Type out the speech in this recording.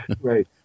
Right